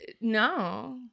no